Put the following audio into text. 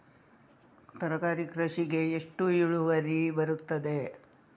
ತರಕಾರಿ ಕೃಷಿಗೆ ಎಷ್ಟು ಇಳುವರಿ ಬರುತ್ತದೆ?